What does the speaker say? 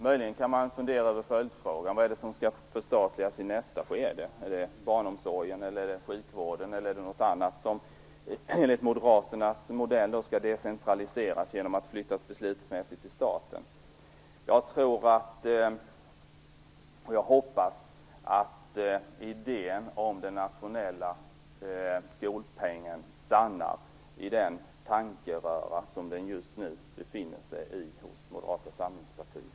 Möjligen kan man fundera över följdfrågan: Vad skall förstatligas i nästa skede? Är det barnomsorgen, sjukvården eller något annat som enligt Moderaternas modell skall decentraliseras genom att flyttas beslutsmässigt till staten? Jag tror och hoppas att idén om den nationella skolpengen stannar i den tankeröra som den just nu befinner sig i hos Moderata samlingspartiet.